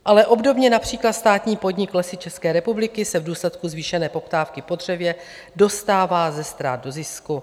Ale obdobně například státní podnik Lesy České republiky se v důsledku zvýšené poptávky po dřevě dostává ze ztrát do zisku.